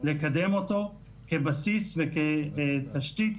לקדם אותו כבסיס וכתשתית